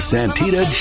Santita